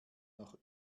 noch